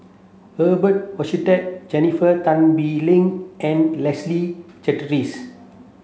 Hochstadt Jennifer Tan Bee Leng and Leslie Charteris